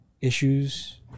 issues